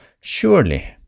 surely